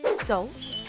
salt,